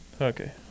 okay